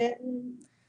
ושנתכופף, וכל השאר נאורים.